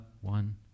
one